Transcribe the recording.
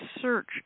search